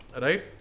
right